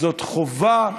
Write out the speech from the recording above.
זאת חובה,